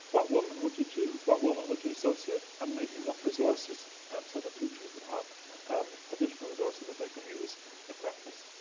what women would you choose? what women would you associate? and um making up resources um so that teachers would have um additional resources that they can use in practice.